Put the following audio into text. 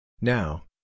Now